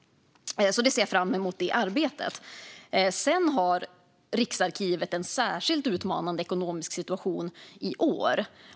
Jag ser fram emot det arbetet. Den andra delen är att Riksarkivet har en särskilt utmanande ekonomisk situation i år.